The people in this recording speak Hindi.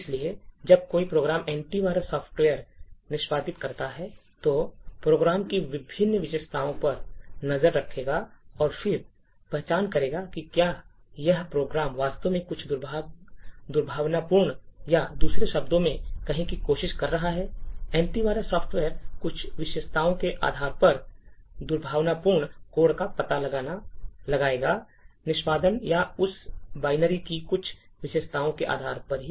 इसलिए जब कोई प्रोग्राम एंटी वायरस सॉफ़्टवेयर निष्पादित करता है तो प्रोग्राम की विभिन्न विशेषताओं पर नज़र रखेगा और फिर पहचान करेगा कि क्या यह प्रोग्राम वास्तव में कुछ दुर्भावनापूर्ण या दूसरे शब्दों में करने की कोशिश कर रहा है एंटी वायरस सॉफ़्टवेयर कुछ विशेषताओं के आधार पर दुर्भावनापूर्ण कोड का पता लगाएगा निष्पादन या उस बाइनरी की कुछ विशेषताओं के आधार पर ही